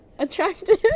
attractive